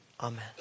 Amen